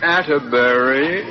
Atterbury